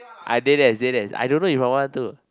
I did it I did it I don't know If I want to